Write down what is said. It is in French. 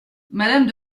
madame